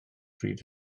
bryd